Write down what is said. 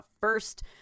first